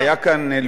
היה כאן,